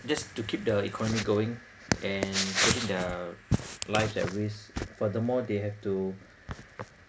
just to keep the economy going and putting their life at risk furthermore they have to